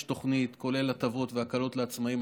יש תוכנית, כולל הטבות והקלות לעצמאים.